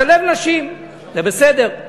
לשלב נשים זה בסדר.